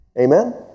Amen